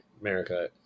America